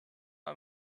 i’m